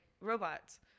robots